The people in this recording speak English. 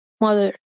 mother